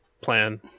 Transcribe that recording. plan